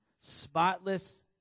spotless